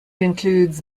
includes